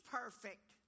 perfect